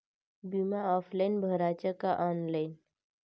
बिमा ऑफलाईन भराचा का ऑनलाईन?